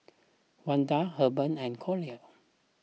Wendel Herbert and Collier